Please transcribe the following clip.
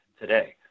today